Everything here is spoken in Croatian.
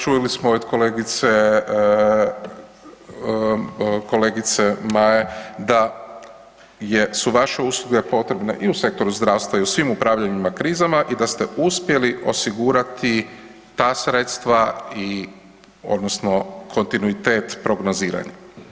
Čuli smo i od kolegice Maje da su vaše usluge potrebne i u sektoru zdravstva i u svim upravljanjima u krizama i da ste uspjeli osigurati ta sredstva odnosno kontinuitet prognoziranja.